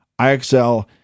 IXL